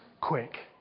quick